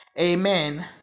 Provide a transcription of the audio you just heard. Amen